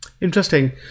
Interesting